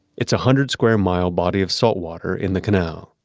it's a hundred square mile body of saltwater in the canal.